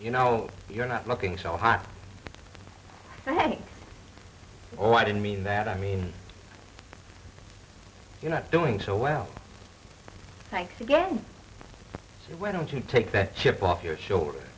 you know you're not looking so hot for me oh i didn't mean that i mean you're not doing too well thanks again he went on to take that chip off your shoulder